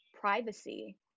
privacy